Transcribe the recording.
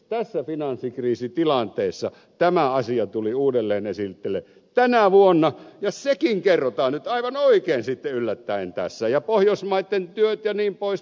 tässä finanssikriisitilanteessa tämä asia tuli uudelleen esille tänä vuonna ja sekin kerrotaan nyt aivan oikein sitten yllättäen tässä ja pohjoismaitten työt jnp